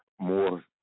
more